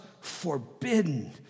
forbidden